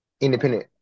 independent